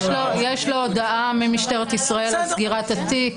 יש לו הודעה ממשטרת ישראל על סגירת התיק.